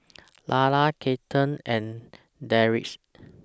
Lalla Kathlene and Deirdre